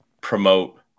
promote